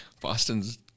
Boston's